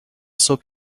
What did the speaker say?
صبح